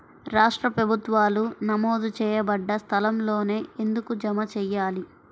రాష్ట్ర ప్రభుత్వాలు నమోదు చేయబడ్డ సంస్థలలోనే ఎందుకు జమ చెయ్యాలి?